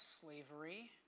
slavery